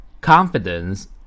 Confidence